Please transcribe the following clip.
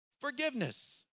forgiveness